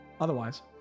Otherwise